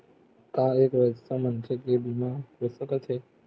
का एक अस्वस्थ मनखे के बीमा हो सकथे?